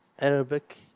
Arabic